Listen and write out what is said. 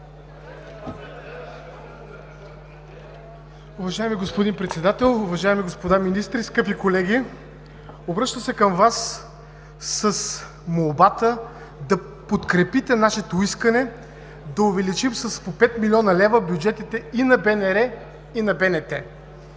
Уважаеми господин Председател, уважаеми господа министри, скъпи колеги! Обръщам се към Вас с молбата да подкрепите нашето искане да увеличим с по 5 млн. лв. бюджетите и на БНР, и на БНТ.